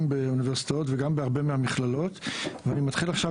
באוניברסיטאות ובהרבה מהמכללות ואני מתחיל עכשיו